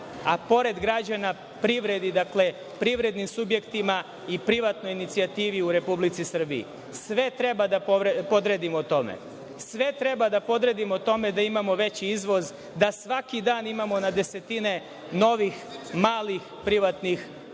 a pored građana i privrednim subjektima i privatnoj inicijativi u Republici Srbiji. Sve treba da podredimo tome. Treba da podredimo tome da imamo veći izvoz i da svaki dan imamo na desetine novih malih privatnih preduzeća